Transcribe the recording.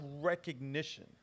recognition